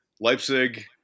Leipzig